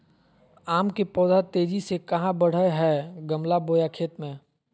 आम के पौधा तेजी से कहा बढ़य हैय गमला बोया खेत मे?